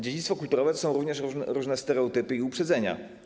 Dziedzictwo kulturowe to również pewne stereotypy i uprzedzenia.